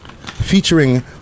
featuring